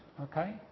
okay